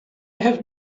have